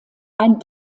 ein